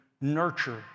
nurture